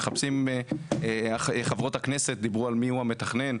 מחפשים חברות הכנסת דיברו על מיהו המתכנן?